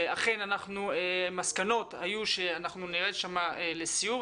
ואכן המסקנות היו שאנחנו נרד שם לסיור,